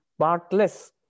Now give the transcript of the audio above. partless